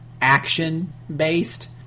action-based